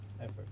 Effort